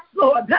Lord